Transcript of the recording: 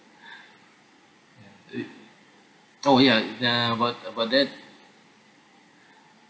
yeah err oh yeah uh but but then